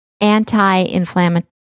anti-inflammatory